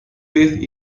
based